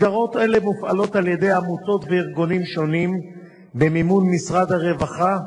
מסגרות אלה מופעלות על-ידי עמותות וארגונים שונים במימון משרד הרווחה